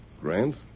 Grant